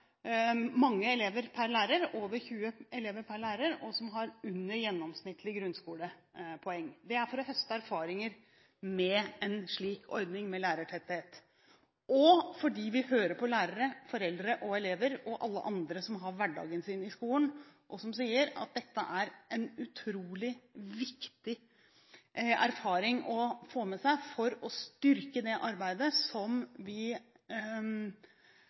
mange elever per lærer, over 20 elever per lærer, og som har under gjennomsnittet i grunnskolepoeng. Det er for å høste erfaringer med en slik ordning med lærertetthet, og fordi vi hører på lærere, foreldre, elever og alle andre som har hverdagen sin i skolen, og som sier at dette er en utrolig viktig erfaring å få med seg for å styrke det arbeidet som vi